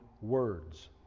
words